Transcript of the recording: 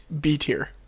B-tier